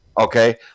Okay